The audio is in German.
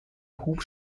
hub